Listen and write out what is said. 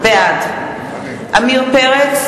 בעד עמיר פרץ,